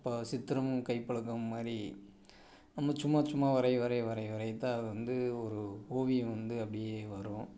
இப்போ சித்திரமும் கை பழக்கம் மாதிரி நம்ம சும்மா சும்மா வரைய வரைய வரைய வரையத்தான் அது வந்து ஒரு ஓவியம் வந்து அப்படியே வரும்